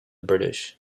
british